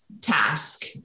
task